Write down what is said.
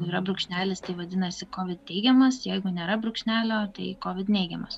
yra brūkšnelis tai vadinasi kovid teigiamas jeigu nėra brūkšnelio tai kovid neigiamas